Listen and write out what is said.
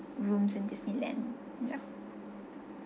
rooms in disneyland